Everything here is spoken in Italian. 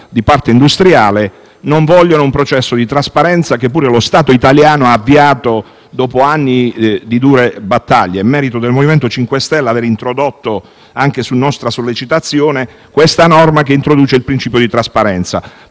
di parte industriale non vogliono un processo di trasparenza, che pure lo Stato italiano ha avviato, dopo anni di dure battaglie. È merito del MoVimento 5 Stelle aver introdotto, anche su nostra sollecitazione, questa norma, che stabilisce il principio di trasparenza.